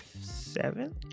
seven